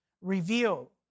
reveal